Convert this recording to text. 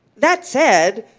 that said,